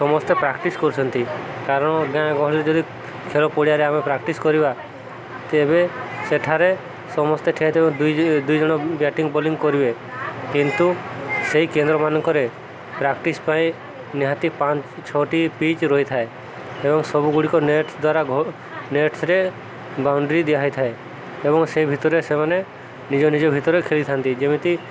ସମସ୍ତେ ପ୍ରାକ୍ଟିସ୍ କରୁଛନ୍ତି କାରଣ ଗାଁ ଗହଳିରେ ଯଦି ଖେଳ ପଡ଼ିଆରେ ଆମେ ପ୍ରାକ୍ଟିସ୍ କରିବା ତେବେ ସେଠାରେ ସମସ୍ତେ ଠିଆ ହେଇଥିବା ଦୁଇ ଦୁଇଜଣ ବ୍ୟାଟିଂ ବୋଲିଂ କରିବେ କିନ୍ତୁ ସେଇ କେନ୍ଦ୍ର ମାନଙ୍କରେ ପ୍ରାକ୍ଟିସ ପାଇଁ ନିହାତି ପାଞ୍ଚ ଛଅଟି ପିଚ୍ ରହିଥାଏ ଏବଂ ସବୁଗୁଡ଼ିକ ନେଟ ଦ୍ୱାରା ନେଟ୍ସରେ ବାଉଣ୍ଡରୀ ଦିଆହେଇଥାଏ ଏବଂ ସେ ଭିତରେ ସେମାନେ ନିଜ ନିଜ ଭିତରେ ଖେଳିଥାନ୍ତି ଯେମିତି